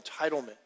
entitlement